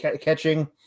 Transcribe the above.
catching